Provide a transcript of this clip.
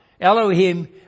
Elohim